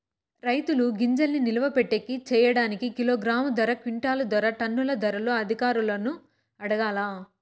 రైతుల గింజల్ని నిలువ పెట్టేకి సేయడానికి కిలోగ్రామ్ ధర, క్వింటాలు ధర, టన్నుల ధరలు అధికారులను అడగాలా?